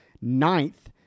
ninth